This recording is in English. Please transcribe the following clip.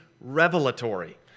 revelatory